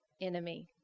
enemy